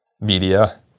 media